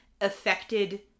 affected